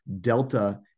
Delta